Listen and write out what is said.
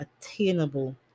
attainable